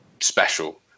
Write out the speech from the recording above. special